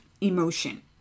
emotion